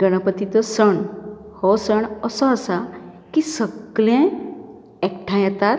गणपतीचो सण हो सण असो आसा की सगले एखठांय येतात